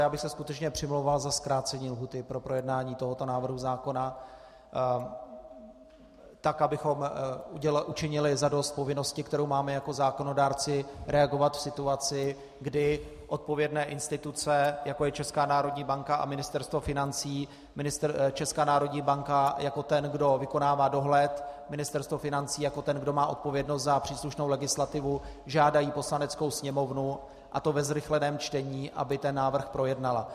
Já bych se skutečně přimlouval za zkrácení lhůty pro projednání tohoto návrhu zákona tak, abychom učinili zadost povinnosti, kterou máme jako zákonodárci reagovat v situaci, kdy odpovědné instituce, jako je Česká národní banka a Ministerstvo financí, Česká národní banka jako ten, kdo vykonává dohled, Ministerstvo financí jako ten, kdo má odpovědnost za příslušnou legislativu, žádají Poslaneckou sněmovnu, a to ve zrychleném čtení, aby ten návrh projednala.